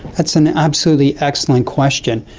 that's an absolutely excellent question.